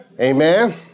Amen